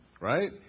right